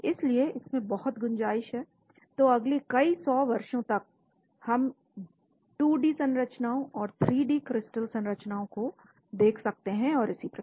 इसलिए इसमें बहुत गुंजाइश है तो अगले कई 100 वर्षों तक हम 2D संरचनाओं और 3 डी क्रिस्टल संरचनाओं को देख सकते हैं और इसी प्रकार